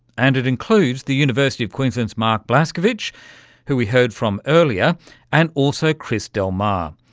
and it includes the university of queensland's mark blaskovich who we heard from earlier and also chris del mar,